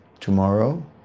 tomorrow